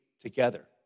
together